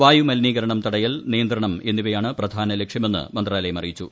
വായു മലിനീകരണം തടയൽ നിയന്ത്രണം എന്നിവയാണ് പ്രധാനലക്ഷ്യമെന്ന് മന്ത്രാലയം അറിയിച്ചു